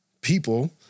people